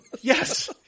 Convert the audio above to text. yes